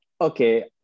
okay